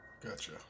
Gotcha